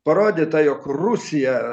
parodyta jog rusija